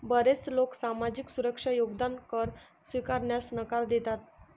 बरेच लोक सामाजिक सुरक्षा योगदान कर स्वीकारण्यास नकार देतात